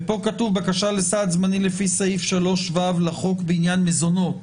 ופה כתוב: בקשה לסעד זמני לפי סעיף 3(ו) לחוק בעניין מזונות.